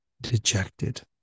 dejected